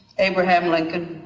abraham lincoln,